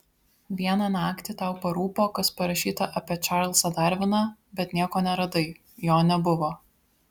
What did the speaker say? vieną naktį tau parūpo kas parašyta apie čarlzą darviną bet nieko neradai jo nebuvo